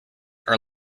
are